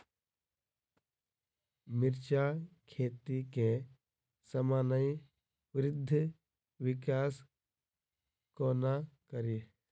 मिर्चा खेती केँ सामान्य वृद्धि विकास कोना करि?